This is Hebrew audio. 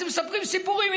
אתם מספרים סיפורים.